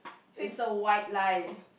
is a white lie